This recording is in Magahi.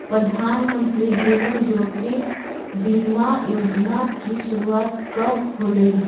प्रधानमंत्री जीवन ज्योति बीमा योजना की शुरुआत कब होलई